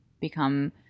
become